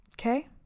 okay